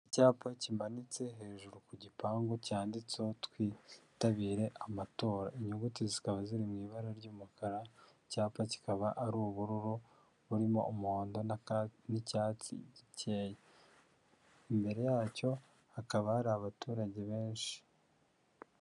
Icyapa kimanitse hejuru ku gipangu cyanditseho twitabire amatora, inyuguti zikaba ziri mu ibara ry'umukara, icyapa kikaba ari ubururu burimo umuhondo n'icyatsi gikeya, imbere yacyo hakaba hari abaturage benshi.